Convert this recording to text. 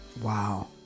Wow